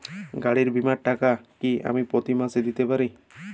গাড়ী বীমার টাকা কি আমি প্রতি মাসে দিতে পারি?